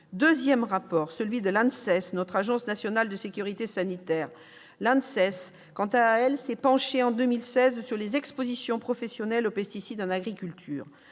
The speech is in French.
Deuxième rapport : celui de l'ANSES, notre agence nationale de sécurité sanitaire. Elle s'est penchée en 2016 sur les expositions professionnelles aux pesticides en agriculture.